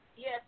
Yes